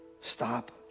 stop